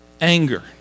anger